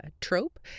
trope